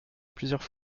plusieurs